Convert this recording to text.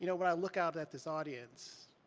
you know when i look out at this audience,